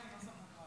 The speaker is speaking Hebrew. כנוסח הוועדה.